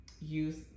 use